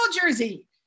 jersey